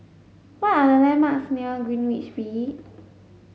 what are the landmarks near Greenwich V